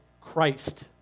Christ